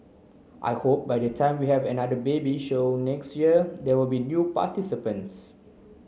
I hope by the time we have another baby show next year there will be new participants